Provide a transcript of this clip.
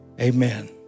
Amen